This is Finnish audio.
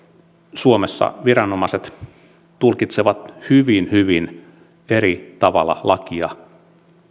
suomessa viranomaiset tulkitsevat hyvin hyvin eri tavalla lakia